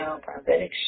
Prophetic